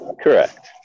Correct